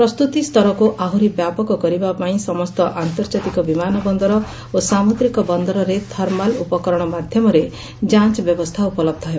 ପ୍ରସ୍ତୁତି ସ୍ତରକୁ ଆହୁରି ବ୍ୟାପକ କରିବା ପାଇଁ ସମସ୍ତ ଆନ୍ତର୍ଜାତିକ ବିମାନ ବନ୍ଦର ଓ ସାମୁଦ୍ରିକ ବନ୍ଦରରେ ଥର୍ମାଲ୍ ଉପକରଣ ମାଧ୍ଧମରେ ଯାଞ ବ୍ୟବସ୍ରା ଉପଲହ ହେବ